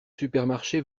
supermarché